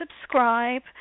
subscribe